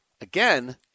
Again